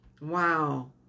wow